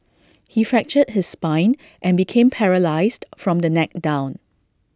he fractured his spine and became paralysed from the neck down